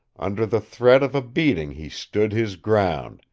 under the threat of a beating he stood his ground,